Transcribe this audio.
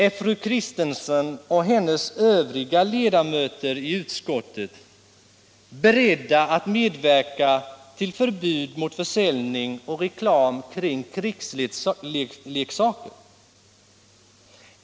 Är fru Kristensson och hennes kolleger i utskottet beredda att medverka till förbud mot försäljning av och reklam för krigsleksaker?